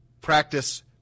practice